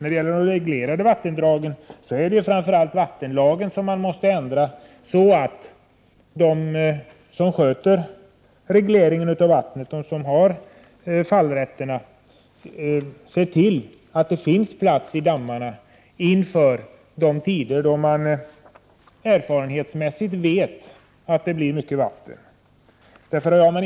När det gäller de reglerade vattendragen är det framför allt vattenlagen som måste ändras, så att de som sköter regleringen av vattnet och har fallrätterna ser till att det finns plats i dammarna inför de tider då man erfarenhetsmässigt vet att det blir mycket vatten.